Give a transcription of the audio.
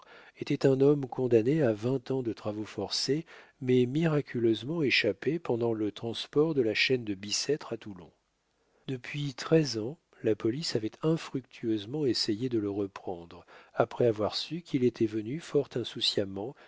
était un homme condamné à vingt ans de travaux forcés mais miraculeusement échappé pendant le transport de la chaîne de bicêtre à toulon depuis treize ans la police avait infructueusement essayé de le reprendre après avoir su qu'il était venu fort insouciamment